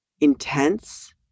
intense